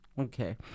Okay